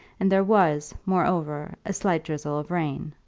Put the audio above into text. and there was, moreover, a slight drizzle of rain.